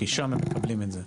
כי שם הם מקבלים את זה.